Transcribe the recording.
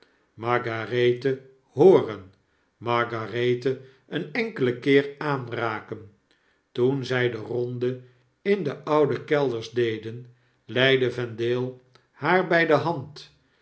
margarethe hooren margarethe een enkelen keer aanraken toen zy de ronde in de oude kelders deden leidde vendale haar by de hand